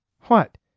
What